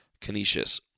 Canisius